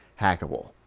hackable